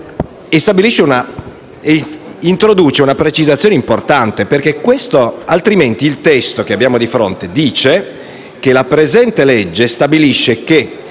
introduce una precisazione importante, altrimenti il testo che abbiamo di fronte direbbe che la presente legge «stabilisce che